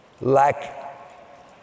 lack